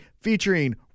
featuring